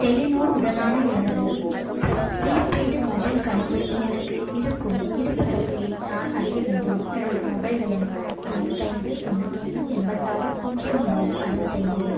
Telenor உடனான எனது prepaid mobile கணக்கில் எனக்கு இருக்கும் இருப்புத் தொகையை நான் அறிய வேண்டும் எனது மொபைல் எண் தொண்ணூத்தைந்து தொண்ணூத்தொன்று எண்பத்தாறு பூஜ்ஜியம் ஒன்பது அறுபத்தைந்து